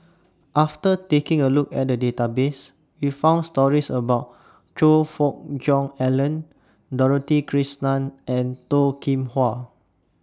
after taking A Look At The Database We found stories about Choe Fook Cheong Alan Dorothy Krishnan and Toh Kim Hwa